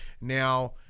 now